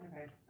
Okay